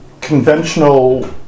conventional